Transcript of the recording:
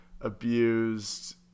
abused